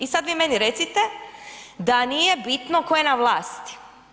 I sad vi meni recite da nije bitno tko je na vlasti.